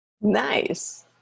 Nice